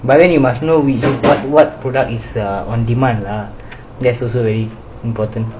what what product is err on demand lah that's also very important